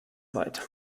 weit